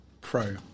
Pro